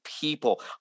people